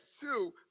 two